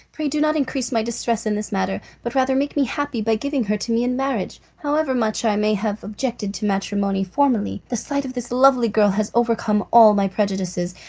pray do not increase my distress in this matter, but rather make me happy by giving her to me in marriage. however much i may have objected to matrimony formerly, the sight of this lovely girl has overcome all my prejudices,